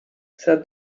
said